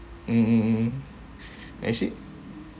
mm mm mm mm actually